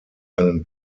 einen